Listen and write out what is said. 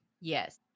Yes